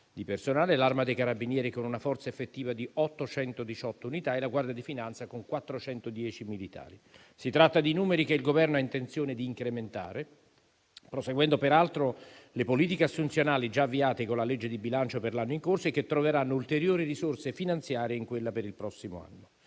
di personale, l'Arma dei carabinieri con una forza effettiva di 818 unità e la Guardia di finanza con 410 militari. Si tratta di numeri che il Governo ha intenzione di incrementare, proseguendo peraltro le politiche assunzionali già avviate con la legge di bilancio per l'anno in corso e che troveranno ulteriori risorse finanziarie in quella per il prossimo anno.